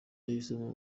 yahisemo